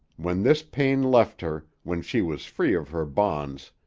when this pain left her, when she was free of her bonds,